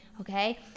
okay